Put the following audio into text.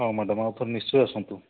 ହଉ ମ୍ୟାଡ଼ାମ୍ ଆଉଥରେ ନିଶ୍ଚୟ ଆସନ୍ତୁ